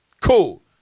Cool